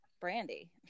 Brandy